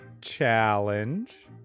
challenge